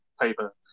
paper